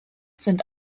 sind